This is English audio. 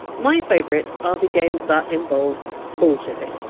my favourites are the games that involve bullshitting,